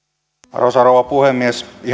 arvoisa rouva puhemies